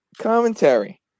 commentary